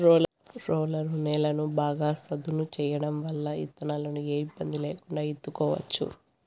roller నేలను బాగా సదును చేయడం వల్ల ఇత్తనాలను ఏ ఇబ్బంది లేకుండా ఇత్తుకోవచ్చు